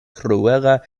kruela